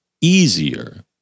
easier